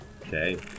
Okay